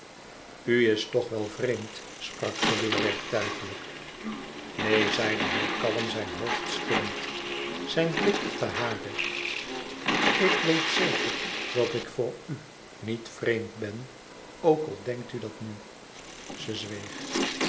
is toch wel vreemd sprak ze weêr werktuigelijk neen zeide hij kalm zijn hoofd schuddend zijn blik op den hare ik weet zeker dat ik voor u niet vreemd ben ook al denkt u dat nu zij zweeg